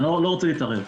אבל אני לא רוצה להתערב,